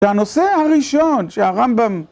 זה הנושא הראשון שהרמב״ם...